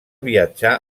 viatjà